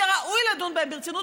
שראוי לדון בהם ברצינות,